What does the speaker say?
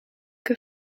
que